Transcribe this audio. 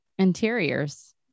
interiors